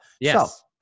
yes